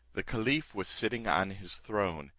the caliph was sitting on his throne,